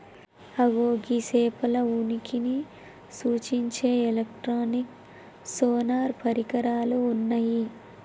అగో గీ సేపల ఉనికిని సూచించే ఎలక్ట్రానిక్ సోనార్ పరికరాలు ఉన్నయ్యి